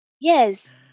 Yes